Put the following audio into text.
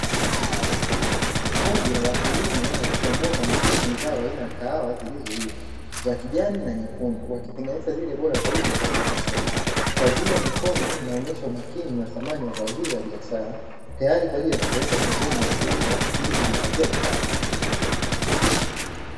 Kundi la wakulima wakichagua kwa makini zao aina ya kahawa ulioiva, kijana na nyekundu wakizitenganisha lililo bora zaidi, kwa ajili ya soko. Kazi hii ya mikono inaonyesha umakini na thamani za vinywaji biashara tayari kwa ajili ya kupelekwa sokoni na kuuzwa ili kujipatia kipato.